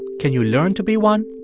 can you learn to be one?